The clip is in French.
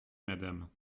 madame